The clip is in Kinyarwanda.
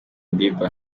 bieber